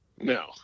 No